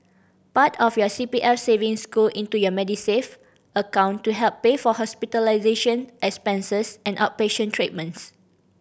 part of your C P F savings go into your Medisave account to help pay for hospitalization expenses and outpatient treatments